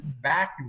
back